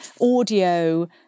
audio